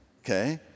okay